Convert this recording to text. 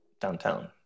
downtown